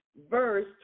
verse